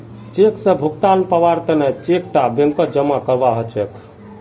cheque स भुगतान पाबार तने चेक टा बैंकत जमा करवा हछेक